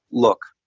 look,